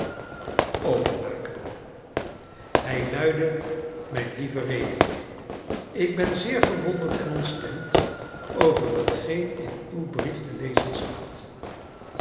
openmaken hij luidde mijn lieve rémi ik ben zeer verwonderd en ontstemd over hetgeen in uw brief te lezen staat